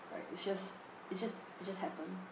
right it's just it's just it just happen